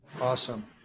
Awesome